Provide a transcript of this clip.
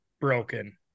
broken